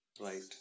Right